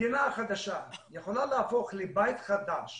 מדינה חדשה יכולה להפוך לבית חדש